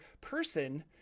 person